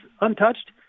untouched